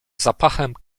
zapachem